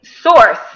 source